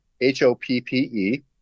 H-O-P-P-E